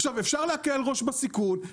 עכשיו אפשר להקל ראש בסיכון,